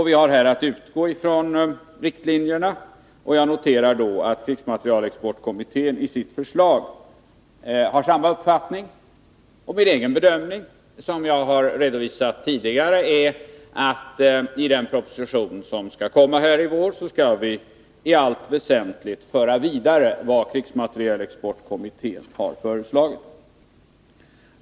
Vi har att utgå från dessa riktlinjer, och jag noterar att krigsmaterielexportkommittén i sitt förslag redovisar samma uppfattning. Min egen bedömning, som jag har redovisat tidigare, är att vi i den proposition som skall komma i vår i allt väsentligt skall föra vidare vad krigsmaterielexportkommittén har föreslagit.